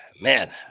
man